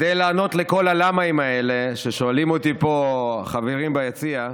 וכדי לענות על כל ה"למה" האלה ששואלים אותי פה חברים ביציע,